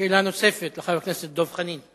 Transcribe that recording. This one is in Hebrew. שאלה נוספת לחבר הכנסת דב חנין.